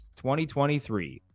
2023